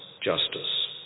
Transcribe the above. justice